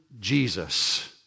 Jesus